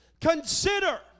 Consider